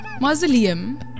mausoleum